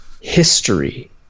history